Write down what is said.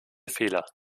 fehler